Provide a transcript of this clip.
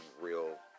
real